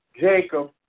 Jacob